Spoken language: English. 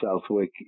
Southwick